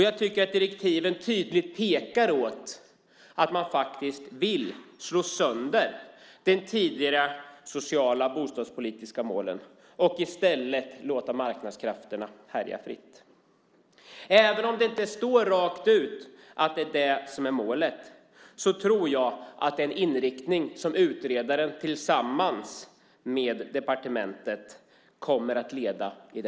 Jag tycker att direktiven tydligt pekar åt att man faktiskt vill slå sönder de tidigare, sociala bostadspolitiska målen och i stället låta marknadskrafterna härja fritt. Även om det inte står rent ut att det är det som är målet tror jag att det är en inriktning som utredaren tillsammans med departementet kommer att styra mot.